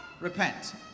repent